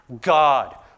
God